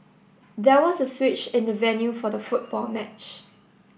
there was a switch in the venue for the football match